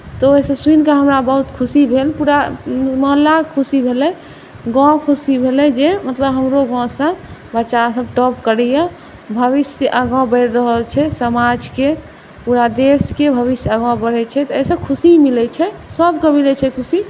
तऽ ओसभ सुनि कऽ हमरा बहुत खुशी भेल पूरा मोहल्लाकेँ खुशी भेलै गाँव खुशी भेलै जे मतलब हमरो गाँवसँ बच्चासभ टॉप करैए भविष्य आगाँ बढ़ि रहल छै समाजके पूरा देशके भविष्य आगाँ बढ़ैत छै तऽ ओहिसँ खुशी मिलैत छै सभकेँ मिलैत छै खुशी